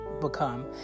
become